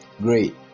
great